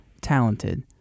talented